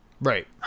Right